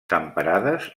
temperades